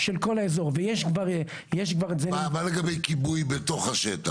זה לגבי כיבוי בתוך השטח?